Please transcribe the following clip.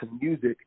music